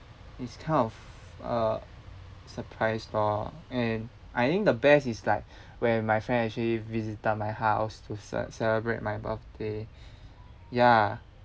it's kind of a surprise lor and I think the best is like when my friend actually visited my house to ce~ celebrate my birthday ya